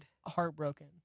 heartbroken